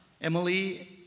Emily